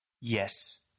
Yes